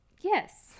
yes